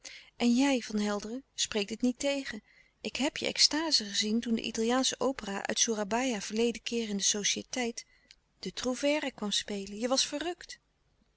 en jij van helderen spreek het niet tegen ik heb je extaze gezien toen de italiaansche opera uit soerabaia verleden keer in de societeit den trouvère kwam spelen je was verrukt